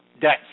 debt